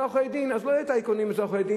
עורכי-הדין, אז לא יהיו טייקונים אצל עורכי-הדין.